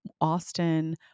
Austin